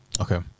Okay